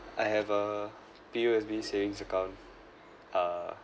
I have a P_O_S_B savings account uh